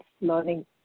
learning